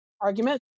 argument